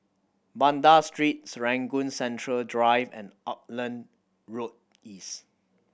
Banda Street Serangoon Central Drive and Auckland Road East